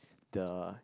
the